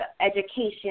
education